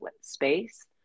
space